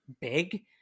big